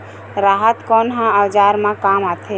राहत कोन ह औजार मा काम आथे?